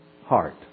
heart